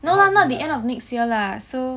no lah not the end of next year lah so